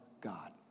God